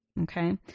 Okay